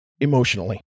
emotionally